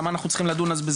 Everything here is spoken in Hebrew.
למה אנחנו צריכים לדון בזה?